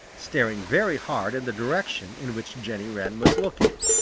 staring very hard in the direction in which jenny wren was looking.